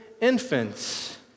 infants